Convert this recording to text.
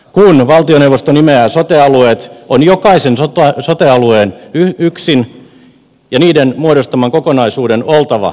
kun valtioneuvosto nimeää sote alueet on jokaisen sote alueen yksin ja niiden muodostaman kokonaisuuden oltava tarkoituksenmukaisia